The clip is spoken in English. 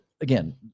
again